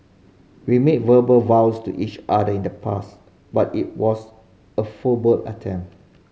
we made verbal vows to each other in the past but it was a full ball attempt